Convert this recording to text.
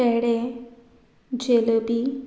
पेडे जेलेबी